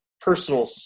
personal